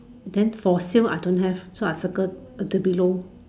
then for sale I don't have so I circle the below